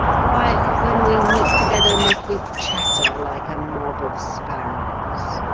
why, when we meet together, must we chatter like a mob of sparrows?